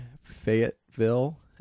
Fayetteville